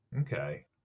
Okay